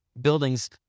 Buildings